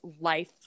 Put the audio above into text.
life